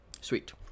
Sweet